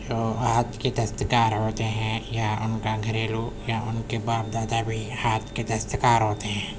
جو ہاتھ کے دستکار ہوتے ہیں یا ان کا گھریلو یا ان کے باپ دادا بھی ہاتھ کے دستکار ہوتے ہیں